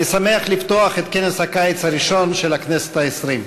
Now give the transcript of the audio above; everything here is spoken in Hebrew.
אני שמח לפתוח את כנס הקיץ הראשון של הכנסת העשרים.